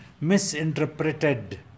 misinterpreted